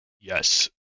Yes